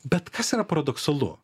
bet kas yra paradoksalu